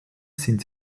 sind